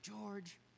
George